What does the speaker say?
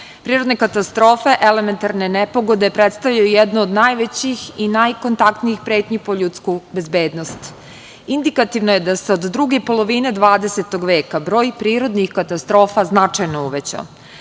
katastrofe, elementarne nepogode predstavljaju jednu od najvećih i najkontaktnijih pretnji po ljudsku bezbednost. Indikativno je da se od druge polovine 20. veka broj prirodnih katastrofa značajno uvećao.